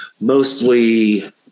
mostly